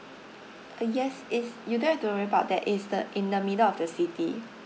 uh yes it's you don't have to worry about that it's the in the middle of the city